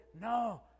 no